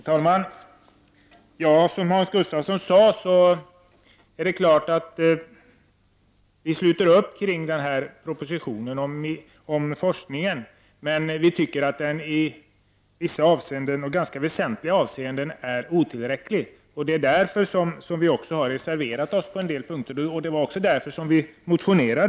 Herr talman! Som Hans Gustafsson sade, sluter vi upp kring den här propositionen om forskning, men vi tycker att den i vissa väsentliga avseenden är ganska otillräcklig. Det är därför som vi har reserverat oss på en del punkter och som vi har motionerat.